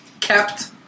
Kept